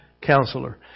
counselor